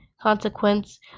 consequence